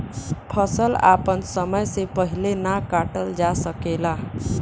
फसल आपन समय से पहिले ना काटल जा सकेला